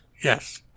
yes